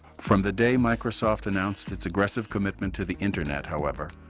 from the day microsoft announced its aggressive commitment to the internet, however,